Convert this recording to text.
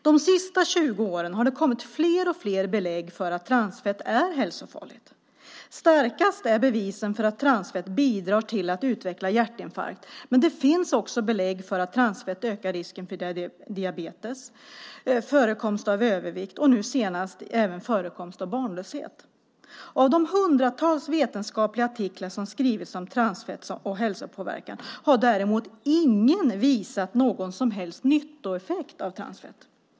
De senaste 20 åren har det kommit fler och fler belägg för att transfett är hälsofarligt. Starkast är bevisen för att transfett bidrar till att utveckla hjärtinfarkt, men det finns också belägg för att transfett ökar risken för diabetes, förekomst av övervikt och nu senast även förekomst av barnlöshet. Av de hundratals vetenskapliga artiklar som har skrivits om transfett och hälsopåverkan har däremot ingen visat någon som helst nyttoeffekt av transfett.